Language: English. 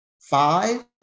Five